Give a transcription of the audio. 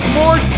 more